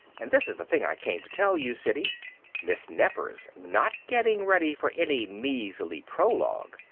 and this is the thing i came to tell you, siddy miss nefer's not getting ready for any measly prologue.